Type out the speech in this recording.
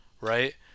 right